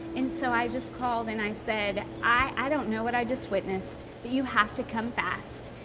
and so i just called and i said, i don't know what i just witnessed but you have to come fast.